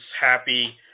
happy